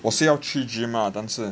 我是要去 gym lah 但是